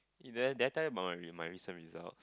eh did I did I tell you about my re~ my recent result